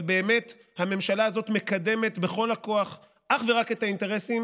אבל באמת הממשלה הזאת מקדמת בכל הכוח אך ורק את האינטרסים